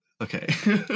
Okay